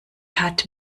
hat